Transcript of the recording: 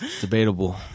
Debatable